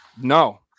no